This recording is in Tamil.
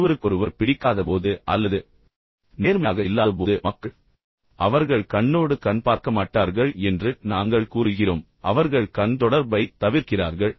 ஒருவருக்கொருவர் பிடிக்காதபோது அல்லது ஒருவருக்கொருவர் நேர்மையாக இல்லாதபோது மக்கள் எனவே அவர்கள் கண்ணோடு கண் பார்க்கமாட்டார்கள் என்று நாங்கள் கூறுகிறோம் எனவே அவர்கள் கண் தொடர்பைத் தவிர்க்கிறார்கள்